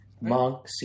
Monk